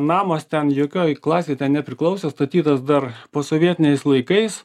namas ten jokioj klasėj nepriklauso statytas dar posovietiniais laikais